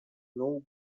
nou